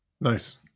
Nice